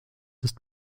ist